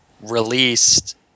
released